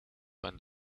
when